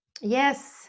Yes